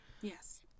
Yes